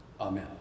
Amen